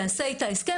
יעשה איתה הסכם.